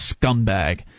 scumbag